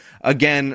Again